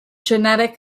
genetic